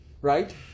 Right